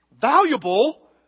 valuable